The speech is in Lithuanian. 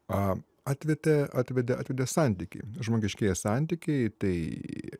a atvete atvedė atvedė santykiai žmogiškieji santykiai tai